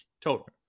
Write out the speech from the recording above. total